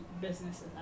businesses